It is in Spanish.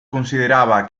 consideraba